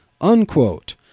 unquote